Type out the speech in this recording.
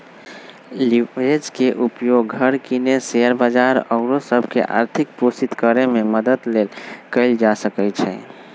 leverage के उपयोग घर किने, शेयर बजार आउरो सभ के आर्थिक पोषित करेमे मदद लेल कएल जा सकइ छै